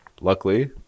luckily